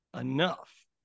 enough